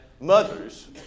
mothers